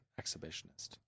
Exhibitionist